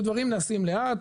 דברים נעשים לאט,